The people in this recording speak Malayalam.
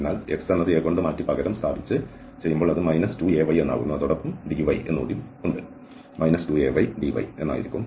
അതിനാൽ x എന്നത് a കൊണ്ട് മാറ്റി പകരം അത് 2aydy ആയിരിക്കും